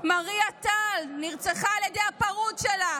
מריה טל נרצחה על ידי הפרוד שלה,